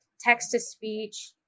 text-to-speech